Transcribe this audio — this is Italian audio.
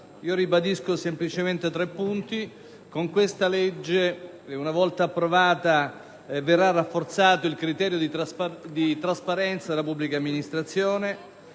a ribadire semplicemente tre punti. Con questo provvedimento, una volta approvato, verrà rafforzato il criterio di trasparenza della pubblica amministrazione,